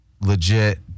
Legit